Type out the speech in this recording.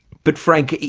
but frank,